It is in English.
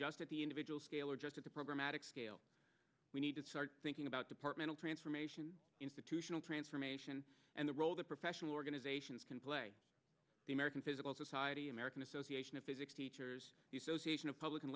just at the individual scale or just at the programatic scale we need to start thinking about departmental transformation institutional transformation and the role that professional organizations can play the american physical society american association of physics teachers association of public